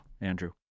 Andrew